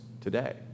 today